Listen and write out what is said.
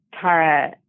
Tara